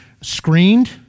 screened